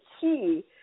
key